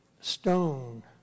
stone